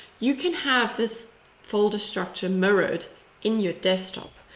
you can have this folder structure mirrored in your desktop.